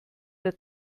der